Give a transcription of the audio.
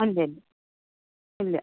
അഞ്ചേൽ ഇല്ല